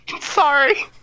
Sorry